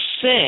sick